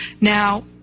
Now